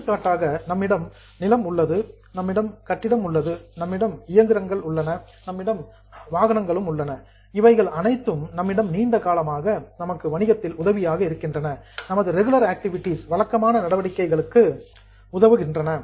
எடுத்துக்காட்டாக நம்மிடம் லேண்ட் நிலம் உள்ளது நம்மிடம் பில்டிங் கட்டிடம் உள்ளது நம்மிடம் மிஷனரி இயந்திரம் உள்ளது நம்மிடம் வெஹிக்கிள்ஸ் வாகனங்களும் உள்ளன இவைகள் அனைத்தும் நம்மிடம் நீண்ட காலமாக நமக்கு வணிகத்தில் உதவியாக இருக்கின்றன நமது ரெகுளர் ஆக்டிவிட்டீஸ் வழக்கமான நடவடிக்கைகளுக்கு உதவுகின்றன